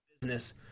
business